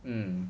mm